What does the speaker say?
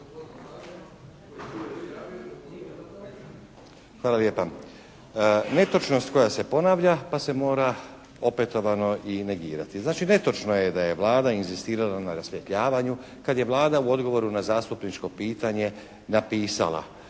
Hvala lijepa. Netočnost koja se ponavlja pa se mora opetovano i negirati. Znači, netočno je da je Vlada inzistirala na rasvjetljavanju kad je Vlada u odgovoru na zastupničko pitanje napisala,